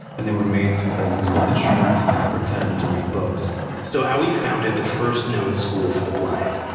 and they were made to play musical instruments and pretend to read books so ah hauy founded the first known school for the blind.